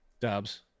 dubs